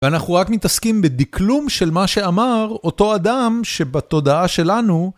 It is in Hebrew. ואנחנו רק מתעסקים בדקלום של מה שאמר אותו אדם שבתודעה שלנו.